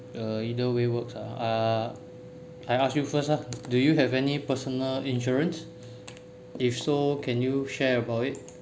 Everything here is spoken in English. eh either way works lah uh I ask you first ah do you have any personal insurance if so can you share about it